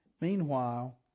Meanwhile